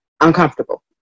uncomfortable